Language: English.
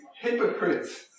hypocrites